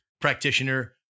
practitioner